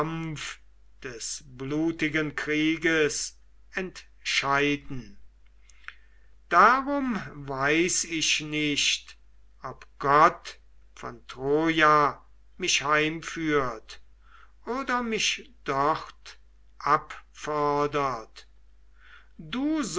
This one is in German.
des blutigen krieges entscheiden darum weiß ich nicht ob gott von troja mich heimführt oder mich dort abfordert du